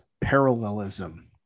parallelism